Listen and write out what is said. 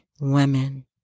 women